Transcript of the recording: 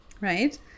right